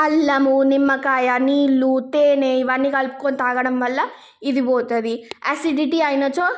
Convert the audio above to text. అల్లము నిమ్మకాయ నీళ్ళు తేనేె ఇవన్నీ కలుపుకొని తాగడం వల్ల ఇది పోతుంది అసిడిటీ అయినచో